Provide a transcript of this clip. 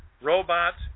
Robots